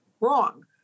wrong